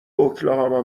اوکلاهاما